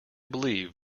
believe